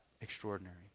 extraordinary